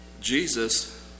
Jesus